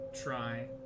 try